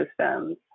systems